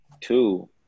Two